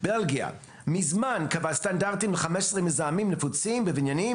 בלגיה מזמן קבעה סטנדרטים ל-15 מזהמים נפוצים בבניינים,